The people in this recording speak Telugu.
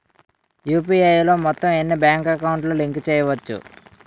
యు.పి.ఐ లో మొత్తం ఎన్ని బ్యాంక్ అకౌంట్ లు లింక్ చేయచ్చు?